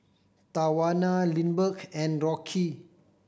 Tawana Lindbergh and Rocky